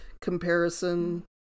comparison